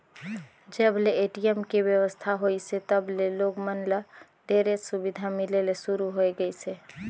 जब ले ए.टी.एम के बेवस्था होइसे तब ले लोग मन ल ढेरेच सुबिधा मिले ले सुरू होए गइसे